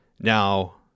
Now